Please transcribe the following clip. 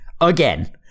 again